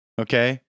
Okay